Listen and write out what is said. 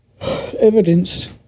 evidence